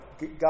God